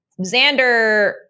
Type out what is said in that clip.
Xander